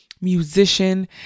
musician